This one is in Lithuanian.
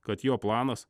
kad jo planas